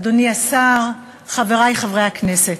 אדוני השר, חברי חברי הכנסת,